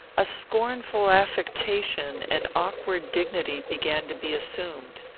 a scornful affectation and awkward dignity began to be assumed.